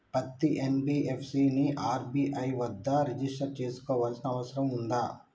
పత్తి ఎన్.బి.ఎఫ్.సి ని ఆర్.బి.ఐ వద్ద రిజిష్టర్ చేసుకోవాల్సిన అవసరం ఉందా?